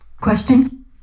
Question